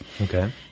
Okay